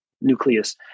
nucleus